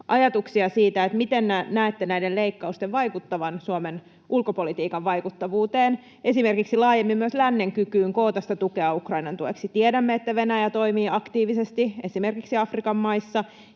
ajatuksia, että miten näette näiden leikkausten vaikuttavan Suomen ulkopolitiikan vaikuttavuuteen, esimerkiksi laajemmin myös lännen kykyyn koota tukea Ukrainan tueksi. Tiedämme, että Venäjä toimii aktiivisesti esimerkiksi Afrikan maissa